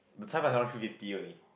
the Cai Fan that one three fifty only